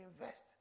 invest